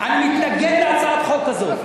אני מתנגד להצעת חוק כזאת.